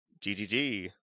GGG